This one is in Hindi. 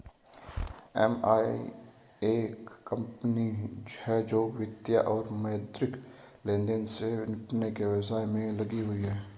एफ.आई एक कंपनी है जो वित्तीय और मौद्रिक लेनदेन से निपटने के व्यवसाय में लगी हुई है